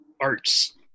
arts